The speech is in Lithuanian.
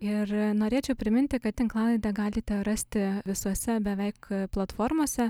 ir norėčiau priminti kad tinklalaidę galite rasti visose beveik platformose